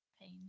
pain